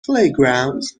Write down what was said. playgrounds